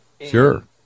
Sure